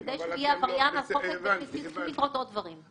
כדי שהוא יהיה עבריין על חוק הגבלים עסקיים צריכים לקרות עוד דברים.